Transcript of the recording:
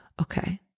Okay